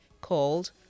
called